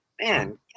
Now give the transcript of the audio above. man